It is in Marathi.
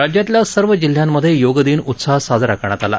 राज्यातल्या सर्व जिल्ह्यांमधे योगदिन उत्साहात साजरा करण्यात आला